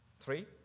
Three